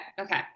okay